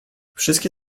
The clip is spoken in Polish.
wszystkie